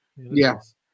Yes